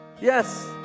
yes